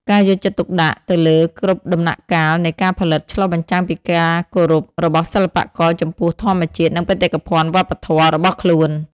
ការយកចិត្តទុកដាក់ទៅលើគ្រប់ដំណាក់កាលនៃការផលិតឆ្លុះបញ្ចាំងពីការគោរពរបស់សិល្បករចំពោះធម្មជាតិនិងបេតិកភណ្ឌវប្បធម៌របស់ខ្លួន។